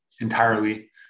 entirely